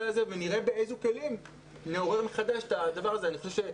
הזה ונראה באיזה כלים נעורר מחדש את הדבר הזה.